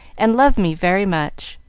and love me very much.